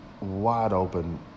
wide-open